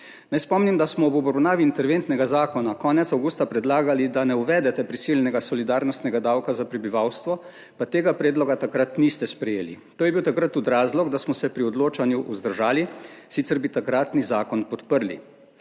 Naj spomnim, da smo ob obravnavi interventnega zakona konec avgusta predlagali, da ne uvedete prisilnega solidarnostnega davka za prebivalstvo, pa tega predloga takrat niste sprejeli. To je bil takrat tudi razlog, da smo se pri odločanju vzdržali, sicer bi takratni zakon podprli.